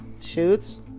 Shoots